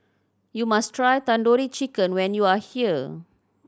you must try Tandoori Chicken when you are here